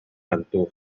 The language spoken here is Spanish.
mantua